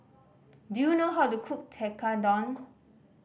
do you know how to cook Tekkadon